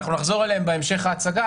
נחזור אליהן בהמשך ההצגה,